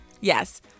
Yes